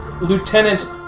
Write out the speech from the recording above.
lieutenant